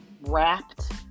wrapped